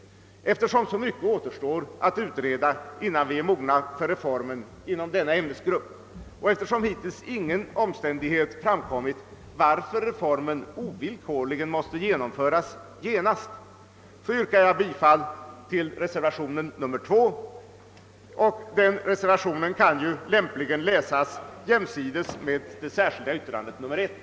Eftersom så mycket återstår att utreda innan vi är mogna för reformen inom denna ämnesgrupp och då hittills ingen omständighet har framkommit som gör att reformen ovillkorligen måste genomföras omedelbart, yrkar jag bifall till reservationen 2, som lämpligen kan läsas jämsides med det särskilda yttrandet nr 1.